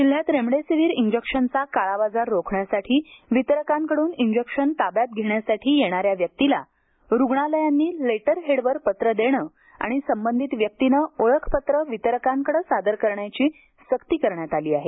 जिल्ह्यात रेमडेसिव्हिर इंजेक्शनचा काळा बाजार रोखण्यासाठी वितरकांकडून इंजेक्शन ताब्यात घेण्यासाठी येणाऱ्या व्यक्तीला रुग्णालयांनी लेटरहेडवर पत्र देणं आणि संबंधित व्यक्तीनं ओळखपत्र वितरकांकडं सादर करण्याची सक्ती करण्यात आली आहे